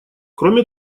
кроме